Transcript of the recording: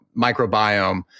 Microbiome